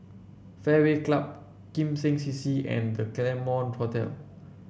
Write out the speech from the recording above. Fairway Club Kim Seng C C and The Claremont Hotel